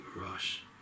rush